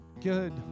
good